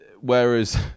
Whereas